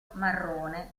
marrone